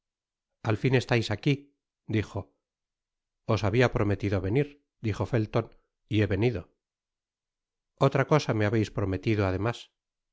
al fin estais aquí dijo os habia prometido venir dijo felton y he venido o ra cosa me habeis prometido además